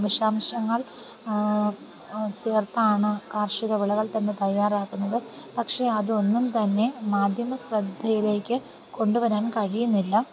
V ഷാംശങ്ങൾ ചേർത്താണ് കാർഷിക വിളകൾ തന്നെ തയ്യാറാക്കുന്നത് പക്ഷേ അതൊന്നും തന്നെ മാധ്യമ ശ്രദ്ധയിലേക്ക് കൊണ്ടുവരാൻ കഴിയുന്നില്ല